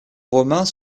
romains